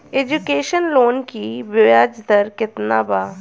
Education loan की ब्याज दर केतना बा?